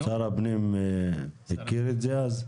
שם הפנים הכיר את זה אז?